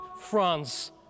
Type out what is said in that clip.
France